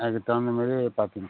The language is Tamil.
அதுக்குத் தகுந்த மாதிரி பார்த்துக்குங்க